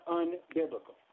unbiblical